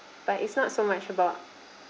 but it's not so much about